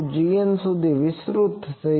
gN સુધી વિસ્તૃત થયું છે